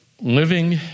Living